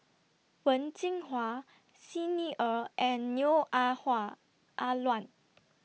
Wen Jinhua Xi Ni Er and Neo Ah Ah Luan